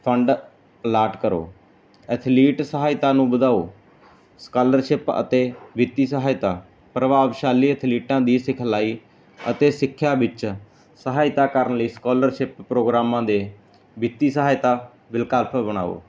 fund allot ਕਰੋ athlete ਸਹਾਇਤਾ ਨੂੰ ਵਧਾਓ ਸਕਾਲਰਸ਼ਿਪ ਅਤੇ ਵਿਤੀ ਸਹਾਇਤਾ ਪ੍ਰਭਾਵਸ਼ਾਲੀ ਅਥਲੀਟਾਂ ਦੀ ਸਿਖਲਾਈ ਅਤੇ ਸਿੱਖਿਆ ਵਿੱਚ ਸਹਾਇਤਾ ਕਰਨ ਲਈ ਸਕੋਲਰਸ਼ਿਪ ਪ੍ਰੋਗਰਾਮ ਦੇ ਵਿੱਤੀ ਸਹਾਇਤਾ ਵਿਕਲਪ ਬਣਾਓ